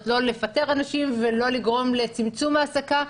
לא לפטר אנשים ולא לגרום לצמצום העסקה.